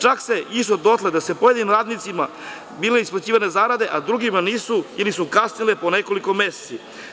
Čak se išlo dotle da su pojedinim radnicima bile isplaćivane zarade, a drugima nisu, ili su kasnile po nekoliko meseci.